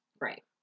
Right